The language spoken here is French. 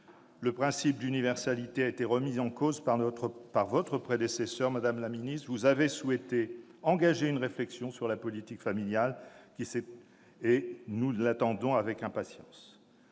Le principe d'universalité a été remis en cause par votre prédécesseur, madame la ministre. Vous avez souhaité engager une réflexion sur la politique familiale : nous en attendons les fruits avec impatience.